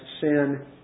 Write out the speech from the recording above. sin